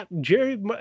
Jerry